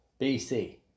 BC